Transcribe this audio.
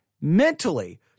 mentally